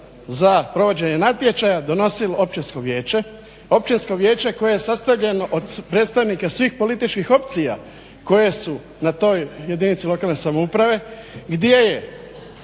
za provođenje natječaja donosilo Općinsko vijeće, Općinsko vijeće koje je sastavljeno od predstavnika svih političkih opcija koje su na toj jedinici lokalne samouprave gdje je